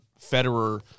Federer